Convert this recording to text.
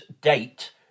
date